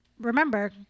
remember